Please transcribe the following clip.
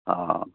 ହଁ